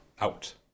out